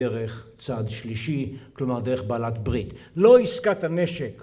דרך צעד שלישי כלומר דרך בעלת ברית לא עסקת הנשק